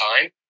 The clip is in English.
time